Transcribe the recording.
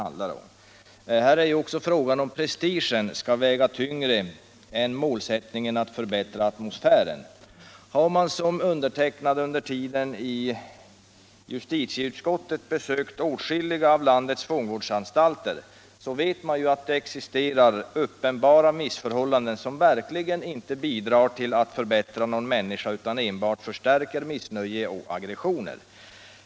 Här är också fråga om huruvida prestigen skall väga tyngre än målsättningen att förbättra atmosfären. Om man som jag under min tid i justitieutskottet besökt åtskilliga av landets fångvårdsanstalter vet man att det existerar uppenbara missförhållanden, som verkligen inte bidrar till att förbättra någon människa utan enbart till att förstärka aggressioner.